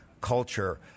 Culture